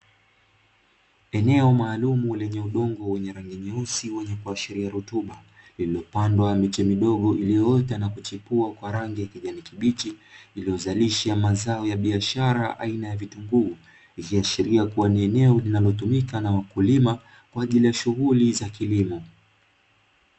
Eneo maalumu lenye udongo wenye rangi nyeusi wenye kuashiria rutuba, lillopandwa miche midogo iliyoota na kuchipua kwa rangi ya kijani kibichi, iliyozalisha mazao ya biashara aina ya vitunguu, ikiashiria kuwa ni eneo linalotumika na wakulima kwa ajili ya shughuli za kilimo.